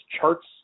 charts